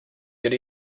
good